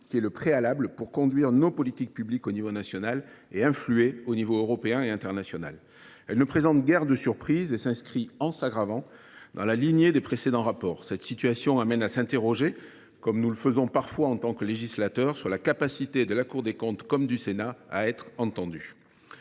est le préalable pour conduire nos politiques publiques au niveau national et influer aux échelons européen et international. Cette situation ne présente guère de surprise et elle s’inscrit, en s’aggravant, dans la lignée de celle que décrivaient les précédents rapports. Cela nous amène à nous interroger, comme nous le faisons parfois en tant que législateurs, sur la capacité de la Cour des comptes comme du Sénat à être entendus.